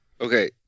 Okay